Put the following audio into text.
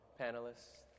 panelists